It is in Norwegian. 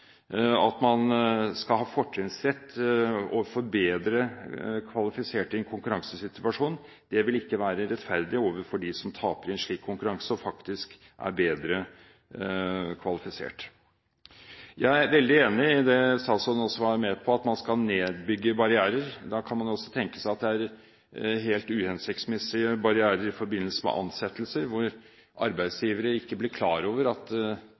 at man skal ha fortrinnsrett i forhold til bedre kvalifiserte i en konkurransesituasjon – det vil ikke være rettferdig overfor dem som taper en slik konkurranse og faktisk er bedre kvalifisert. Jeg er veldig enig i det statsråden også var inne på om at man skal bygge ned barrierer. Da kan man også tenke seg at det er helt uhensiktsmessige barrierer i forbindelse med ansettelser, hvor arbeidsgivere ikke blir klar over at